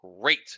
great